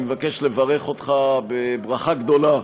אני מבקש לברך אותך ברכה גדולה,